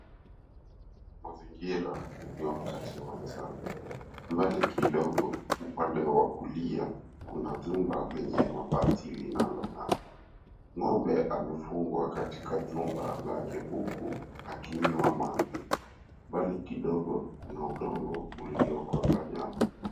Mazingira ni wakati wa mchana. Mbali kidogo upande wa kulia kuna jumba lenye mabati linalong'aa. Ng'ombe amefungwa katika jumba lake huku akinywa maji. Mbali kidogo kuna udongo uliokauka.